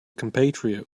compatriot